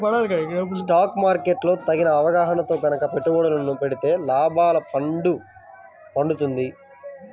stock market లో తగిన అవగాహనతో గనక పెట్టుబడులను పెడితే లాభాల పండ పండుతుంది